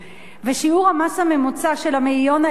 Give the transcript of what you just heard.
ושיעור המס הממוצע של המאיון העליון,